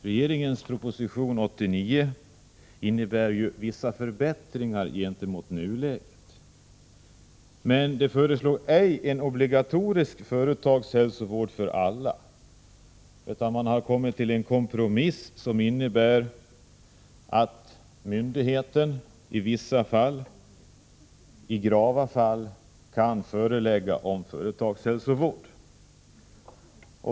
Regeringens proposition 89 innebär vissa förbättringar gentemot nuläget, men där föreslås ej en obligatorisk företagshälsovård för alla, utan man har gjort en kompromiss som innebär att myndigheten i vissa, grava fall kan förelägga om företagshälsovård.